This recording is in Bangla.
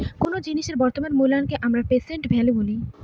কোন জিনিসের বর্তমান মুল্যকে আমরা প্রেসেন্ট ভ্যালু বলি